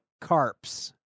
carps